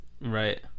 Right